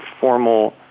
formal